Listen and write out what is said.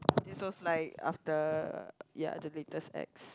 this was like after ya the latest ex